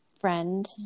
friend